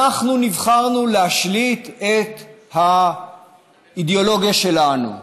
אנחנו נבחרנו להשליט את האידיאולוגיה שלנו.